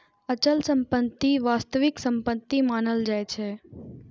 अचल संपत्ति वास्तविक संपत्ति मानल जाइ छै